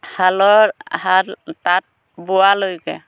হালৰ হাল তাঁত বোৱালৈকে